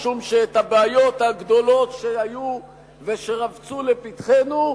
משום שאת הבעיות הגדולות שהיו ורבצו לפתחנו,